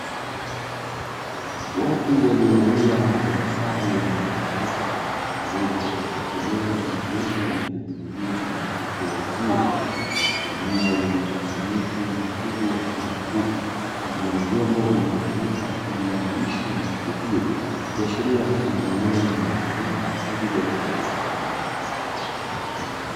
Watu waliovalia mavazi sare yenye rangi nyeupe waliopo katika eneo maalumu, liliotengenezwa na kuwekewa uzio katika eneo lenye mkusanyiko wa mifugo aina ya kuku, pamoja na vyombo vinavyotumika kwaajili ya malisho ya mifugo hiyo, ikiashiria kua ni eneo linalotumika kwa ajili ya ufugaji.